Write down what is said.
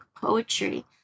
poetry